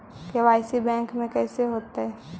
KYC bank में कैसे होतै?